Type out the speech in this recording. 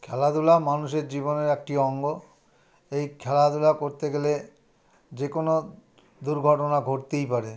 খেলাধুলা মানুষের জীবনের একটি অঙ্গ এই খেলাধুলা করতে গেলে যে কোনো দুর্ঘটনা ঘটতেই পারে